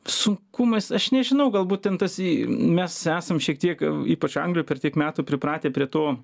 sunkumas aš nežinau galbūt ten tas į mes esam šiek tiek ypač anglijoj per tiek metų pripratę prie to